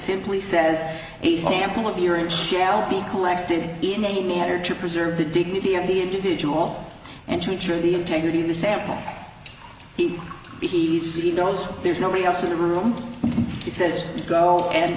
simply says the sample of your and shall be collected in a manner to preserve the dignity of the individual and to ensure the integrity of the sample he he knows there's nobody else in the room he says go and